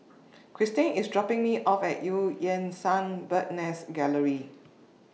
Christin IS dropping Me off At EU Yan Sang Bird's Nest Gallery